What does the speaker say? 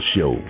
Show